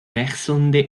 wechselnde